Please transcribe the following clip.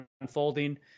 unfolding